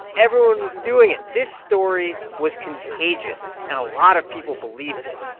everyone was doing it. this story was contagious, and a lot of people believed it.